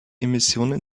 emissionen